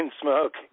smoke